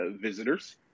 visitors